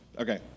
Okay